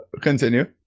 Continue